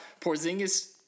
Porzingis